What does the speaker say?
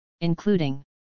including